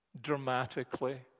dramatically